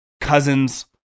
Cousins